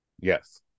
Yes